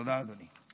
תודה, אדוני.